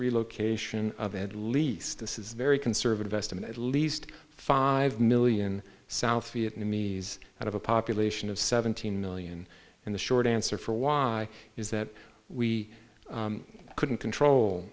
relocation of at least this is a very conservative estimate at least five million south vietnamese out of a population of seventeen million and the short answer for why is that we couldn't control